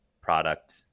product